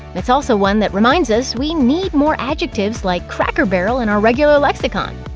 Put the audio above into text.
it's also one that reminds us we need more adjectives like cracker-barrel in our regular lexicon.